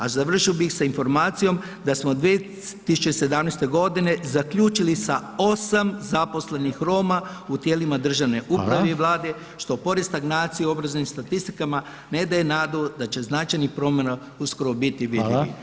A završio bih sa informacijom da smo 2017. godine zaključili sa 8 zaposlenih Roma u tijelima državne uprave i Vlade što pored stagnacije u obrazovnim statistikama ne daje nadu da će značajnih promjena uskoro biti vidljivo.